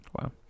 wow